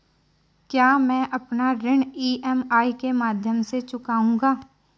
क्या मैं अपना ऋण ई.एम.आई के माध्यम से चुकाऊंगा?